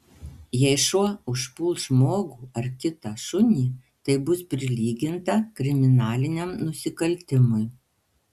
jei šuo užpuls žmogų ar kitą šunį tai bus prilyginta kriminaliniam nusikaltimui